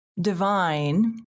divine